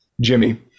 Jimmy